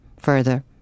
Further